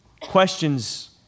questions